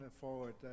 forward